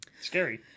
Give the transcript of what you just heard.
Scary